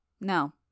No